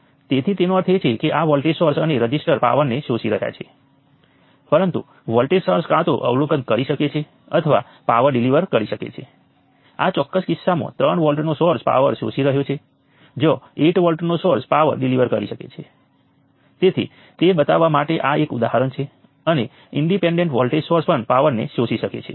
તેથી ચાલો આપણે N 1 KCL ઈકવેશન્સ ઉપર વિચાર કરીએ તો આ ઈકવેશન્સનો સરવાળો મૂળભૂત રીતે આ સપાટી ઉપર રહેતા કરંટોનો સરવાળો છે જેનો અર્થ તે વાદળી છે તેથી તે એટલા માટે છે કારણ કે N 1 KCL ઈકવેશન્સમાં નોડ્સ વચ્ચે જતા કરંટો હશે